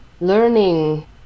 learning